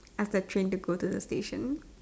ask the train to go to the station